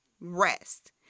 rest